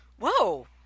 whoa